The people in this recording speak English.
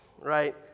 right